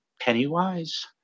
Pennywise